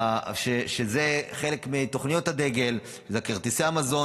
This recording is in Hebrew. זה חלק מתוכניות הדגל, שזה כרטיסי המזון.